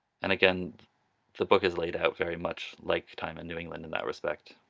and again the book is laid out very much like time in new england in that respect,